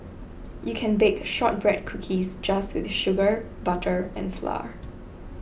you can bake Shortbread Cookies just with sugar butter and flour